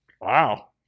Wow